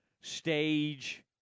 stage